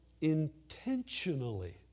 intentionally